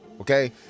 okay